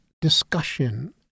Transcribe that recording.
discussion